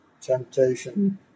temptation